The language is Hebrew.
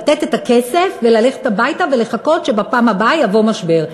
לתת את הכסף וללכת הביתה ולחכות שבפעם הבאה יבוא משבר.